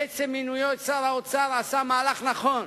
בעצם מינויו את שר האוצר, עשה מהלך נכון,